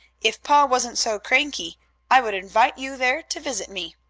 if pa wasn't so cranky i would invite you there to visit me.